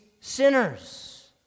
sinners